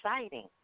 exciting